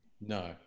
No